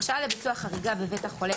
(ב) הרשאה לביצוע פעולה חריגה בבית החולה,